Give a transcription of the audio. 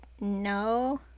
no